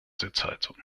sitzheizung